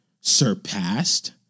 surpassed